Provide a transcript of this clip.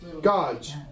gods